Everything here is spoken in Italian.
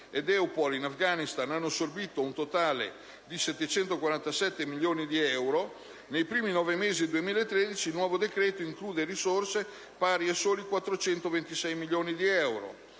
EUPOL in Afghanistan hanno assorbito un totale di 747 milioni di euro, nei primi nove mesi del 2013 il nuovo decreto include risorse pari a soli 426 milioni di euro.